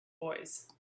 boys